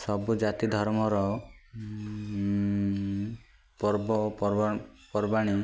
ସବୁ ଜାତି ଧର୍ମର ପର୍ବ ପର୍ବା ପର୍ବାଣି